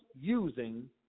using